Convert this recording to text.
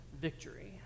victory